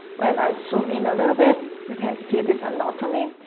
when i zoom in a little bit, you can see this anatomy,